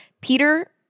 Peter